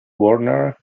warner